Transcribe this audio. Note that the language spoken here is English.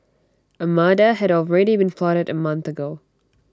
A murder had already been plotted A month ago